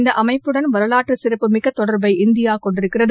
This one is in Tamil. இந்த அமைப்புடன் வரலாற்று சிறப்புமிக்க தொடர்பை இந்தியா கொண்டிருக்கிறது